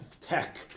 tech